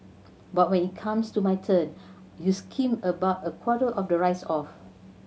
but when it comes to my turn you skim about a quarter of the rice off